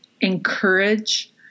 encourage